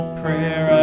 prayer